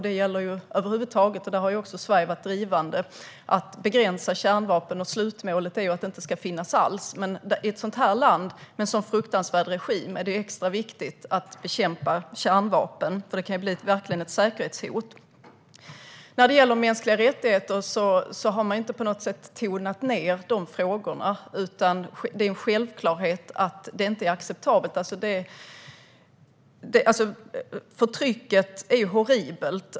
Det gäller över huvud taget. Där har också Sverige varit drivande för att begränsa kärnvapen. Slutmålet är att de inte ska finnas alls. Men i fråga om ett sådant här land med en fruktansvärd regim är det extra viktigt att bekämpa kärnvapen, för de kan verkligen bli ett säkerhetshot. När det gäller mänskliga rättigheter har man inte på något sätt tonat ned de frågorna. Det är en självklarhet att det inte är acceptabelt. Förtrycket är horribelt.